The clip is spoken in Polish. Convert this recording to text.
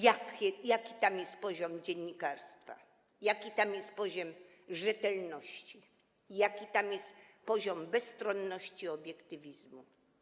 Jaki tam jest poziom dziennikarstwa, jaki tam jest poziom rzetelności, jaki tam jest poziom bezstronności, obiektywizmu?